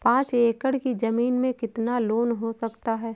पाँच एकड़ की ज़मीन में कितना लोन हो सकता है?